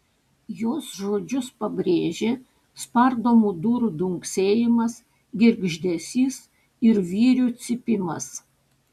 jos žodžius pabrėžė spardomų durų dunksėjimas girgždesys ir vyrių cypimas